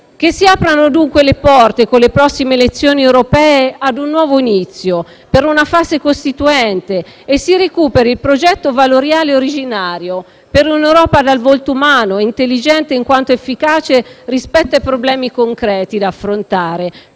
Che si aprano dunque le porte con le prossime elezioni europee a un nuovo inizio, per una fase costituente, e si recuperi il progetto valoriale originario, per un'Europa dal volto umano e intelligente in quanto efficace rispetto ai problemi concreti da affrontare.